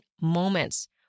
moments